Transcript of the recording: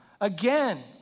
again